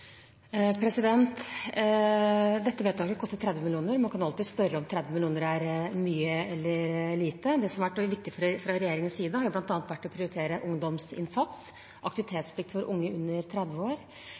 Dette vedtaket koster 30 mill. kr. Man kan alltids spørre om 30 mill. kr er mye eller lite. Det som har vært viktig fra regjeringens side, har bl.a. vært å prioritere ungdomsinnsats,